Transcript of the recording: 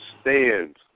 stands